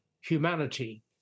humanity